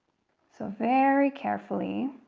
so very carefully,